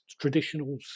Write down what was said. traditional